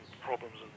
problems